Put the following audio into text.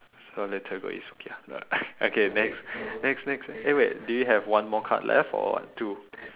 so later we go eat sukiya no lah okay next next next eh wait do you have one more card left or what two